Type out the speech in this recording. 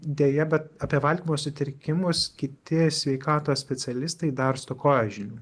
deja bet apie valgymo sutrikimus kiti sveikatos specialistai dar stokoja žinių